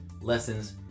lessons